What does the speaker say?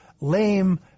lame